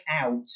out